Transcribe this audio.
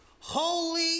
holy